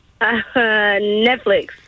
Netflix